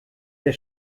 der